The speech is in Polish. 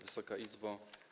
Wysoka Izbo!